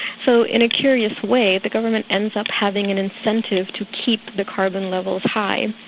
so in a curious way, the government ends up having an incentive to keep the carbon levels high.